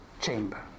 chamber